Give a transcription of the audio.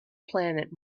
planet